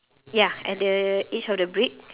ya at the edge of the brick